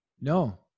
No